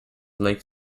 lake